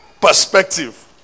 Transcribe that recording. Perspective